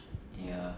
ya